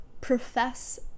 profess